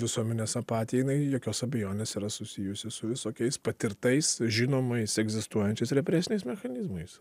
visuomenės apatija jinai jokios abejonės yra susijusi su visokiais patirtais žinomais egzistuojančiais represiniais mechanizmais